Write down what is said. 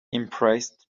impressed